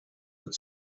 but